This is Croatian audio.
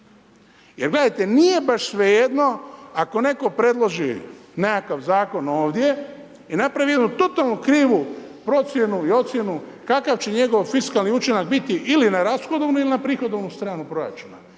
Jer gledajte, nije baš svejedno ako netko predloži nekakav Zakon ovdje i napravi jednu totalnu krivu procjenu i ocjenu kakav će njegova fiskalni učinak biti ili na rashodovnu ili na prihodovnu stranu proračuna.